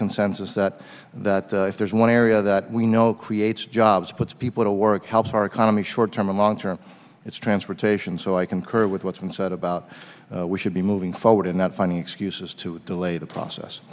consensus that that if there's one area that we know creates jobs puts people to work helps our economy short term and long term it's transportation so i concur with what's been said about we should be moving forward and not finding excuses to delay the process